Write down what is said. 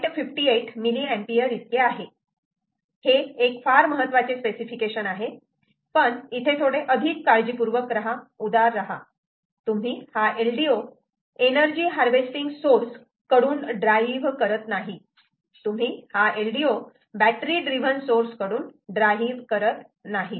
58 mA इतके आहे हे एक फार महत्वाचे स्पेसिफिकेशन आहे पण इथे थोडे अधिक काळजीपूर्वक राहा उदार रहा तुम्ही हा LDO एनर्जी हार्वेस्टिंग सोर्स कडून ड्राईव्ह करत नाही तुम्ही हा LDO बॅटरी ड्रीव्हन सोर्स कडून ड्राईव्ह करत नाहीत